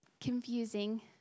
confusing